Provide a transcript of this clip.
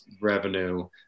revenue